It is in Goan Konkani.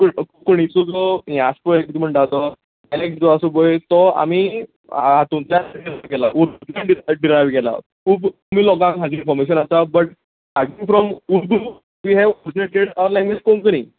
कों कोंकणीचो जो हें आसा पळय कितें म्हणटा तो डायलेक्ट जो आसा पळय तो आमी हातूंतल्यान हें केला उर्दू डिरायव केला खूब कमी लोकांक हाचे इनफोर्मेशन आसा but I think from Urdu we have originated our language Konkani